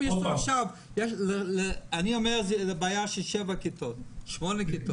אני אומר שיש בעיה של שבע-שמונה כיתות,